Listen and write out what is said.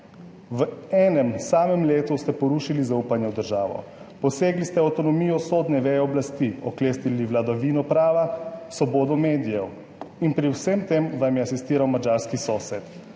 v enem samem letu ste porušili zaupanje v državo. Posegli ste v avtonomijo sodne veje oblasti, oklestili vladavino prava, svobodo medijev in pri vsem tem vam je asistiral madžarski sosed.